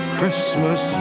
Christmas